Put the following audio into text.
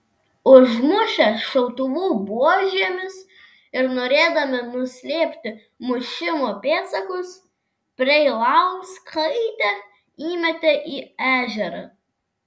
užmušę šautuvų buožėmis ir norėdami nuslėpti mušimo pėdsakus preilauskaitę įmetė į ežerą